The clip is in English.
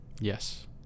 Yes